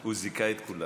הוא זיכה את כולם.